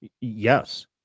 Yes